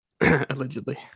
allegedly